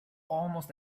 almost